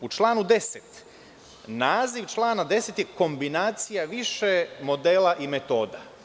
U članu 10. naziv člana 10. je kombinacija više modela i metoda.